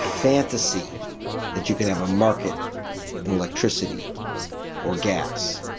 fantasy that. you can have a market in electricity or gas.